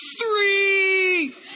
three